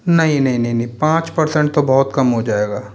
नहीं नहीं नहीं नहीं पाँच परसेंट तो बहुत कम हो जाएगा